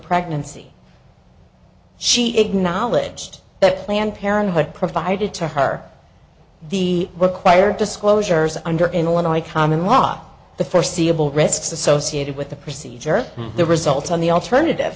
pregnancy she acknowledged that planned parenthood provided to her the required disclosures under in one eye common law the first seeable risks associated with the procedure the results on the alternative